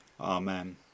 Amen